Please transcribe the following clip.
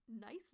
Nice